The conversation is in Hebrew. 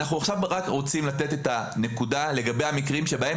אנחנו עכשיו רק רוצים לתת את הנקודה לגבי המקרים בהם